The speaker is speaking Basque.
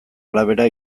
arabera